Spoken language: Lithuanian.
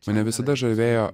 mane visada žavėjo